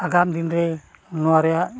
ᱟᱜᱟᱢ ᱫᱤᱱᱨᱮ ᱱᱚᱣᱟ ᱨᱮᱭᱟᱜ